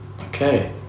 okay